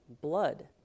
blood